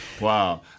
Wow